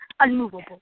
unmovable